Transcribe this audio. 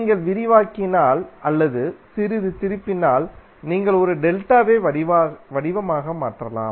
நீங்கள் விரிவாக்கினால் அல்லது சிறிது திருப்பினால் நீங்கள் ஒரு டெல்டாவை பை வடிவமாக மாற்றலாம்